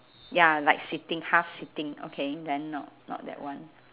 ya like sitting half sitting okay then not not that one